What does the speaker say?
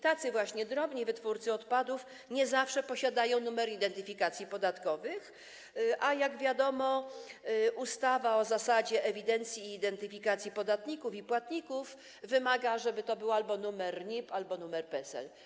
Tacy właśnie drobni wytwórcy odpadów nie zawsze posiadają numer identyfikacji podatkowych, a - jak wiadomo - ustawa o zasadach ewidencji i identyfikacji podatników i płatników wymaga, żeby to był albo numer NIP, albo numer PESEL.